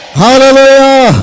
hallelujah